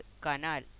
canal